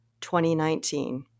2019